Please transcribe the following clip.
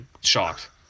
shocked